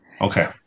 Okay